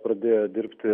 pradėjo dirbti